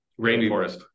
rainforest